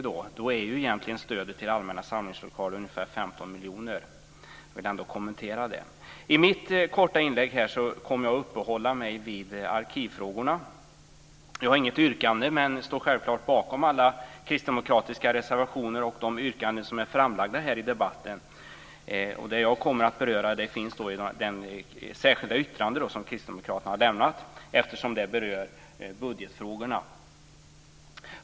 Då blir ju stödet till allmänna samlingslokaler ungefär 15 I mitt korta inlägg här kommer jag att uppehålla mig vid arkivfrågorna. Jag har inget yrkande men står självklart bakom alla kristdemokratiska reservationer och de yrkanden som lagts fram här i debatten. Vad jag kommer att beröra finns med i det särskilda yttrande som kristdemokraterna har avlämnat och som rör budgetfrågorna.